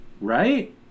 right